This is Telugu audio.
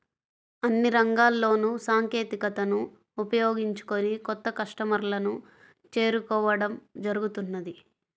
అన్ని రంగాల్లోనూ సాంకేతికతను ఉపయోగించుకొని కొత్త కస్టమర్లను చేరుకోవడం జరుగుతున్నది